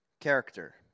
character